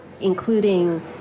including